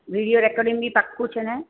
video recording બી પાકું છે ને